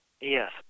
Yes